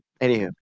Anywho